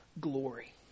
glory